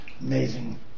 amazing